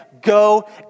go